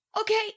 Okay